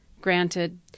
Granted